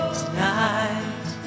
tonight